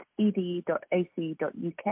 ed.ac.uk